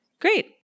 Great